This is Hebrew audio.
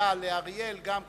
הפנייה לאריאל גם כפר-קאסם.